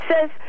says